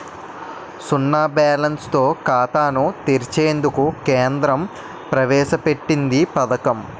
సున్నా బ్యాలెన్స్ తో ఖాతాను తెరిచేందుకు కేంద్రం ప్రవేశ పెట్టింది పథకం